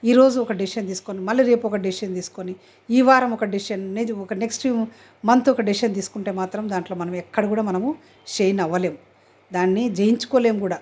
ఈ రోజు ఒక డెసిషన్ తీసుకొని మళ్ళీ రేపు ఒక డెసిషన్ తీసుకొని ఈ వారం ఒక డెసిషన్ లేదా నెక్స్ట్ మంత్ ఒక డెసిషన్ తీసుకుంటే మాత్రం దాంట్లో మనం ఎక్కడ కూడా మనము షైన్ అవ్వలేము దాన్ని జయించుకోలేము కూడా